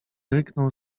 ryknął